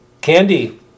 Candy